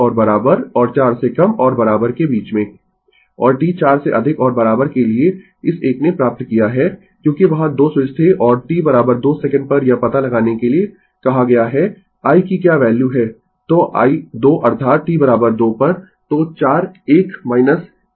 इसलिए अगले व्याख्यान से हम उस सिंगल फेज AC सर्किट पर जाएंगे और DC सर्किट हमने कई सारी समस्याओं को हल किया है मेरा अर्थ है मेरा अर्थ है सभी 6 अध्यायों के लिए कई सारी समस्याएँ लेकिन AC सर्किट में चूँकि जटिल संख्या शामिल होगी और उसकी वजह से हम न्यूमेरिकल्स की संख्या को सीमित करेंगें शायद 7 8 9 10 प्रति प्रत्येक अध्याय या शायद कम क्योंकि जटिल संख्या शामिल है लेकिन मैं करूंगा लेकिन कोई भी अच्छी पुस्तक समस्याओं को हल करती है